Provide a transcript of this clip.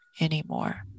anymore